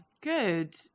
Good